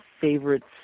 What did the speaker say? favorites